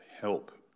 help